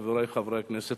חברי חברי הכנסת,